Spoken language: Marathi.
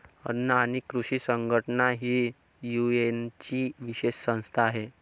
अन्न आणि कृषी संघटना ही युएनची विशेष संस्था आहे